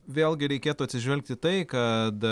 vėlgi reikėtų atsižvelgti į tai kad